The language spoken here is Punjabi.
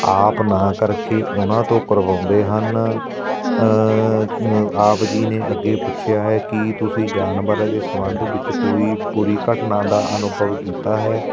ਆਪ ਨਾ ਕਰਕੇ ਉਹਨਾਂ ਤੋਂ ਕਰਵਾਉਂਦੇ ਹਨ ਆਪ ਜੀ ਨੇ ਅੱਗੇ ਪੁੱਛਿਆ ਹੈ ਕਿ ਤੁਸੀਂ ਜਾਨਵਰਾਂ ਦੇ ਸੰਬੰਧ ਵਿੱਚ ਕੋਈ ਬੁਰੀ ਘਟਨਾ ਦਾ ਅਨੁਭਵ ਕੀਤਾ ਹੈ